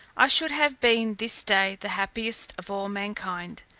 i should have been this day the happiest of all mankind,